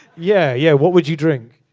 yeah, yeah. what would you drink?